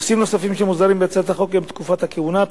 נושאים נוספים שמוסדרים בהצעת החוק הם תקופת הכהונה,